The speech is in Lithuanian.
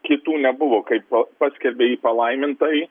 kitų nebuvo kaip paskelbė jį palaimintąjį